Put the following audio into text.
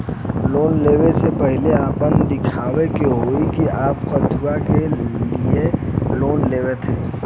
Loan ले वे से पहिले आपन दिखावे के होई कि आप कथुआ के लिए लोन लेत हईन?